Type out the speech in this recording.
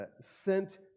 sent